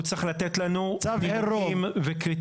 הוא צריך לתת לנו נתונים וקריטריונים